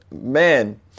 Man